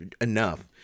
enough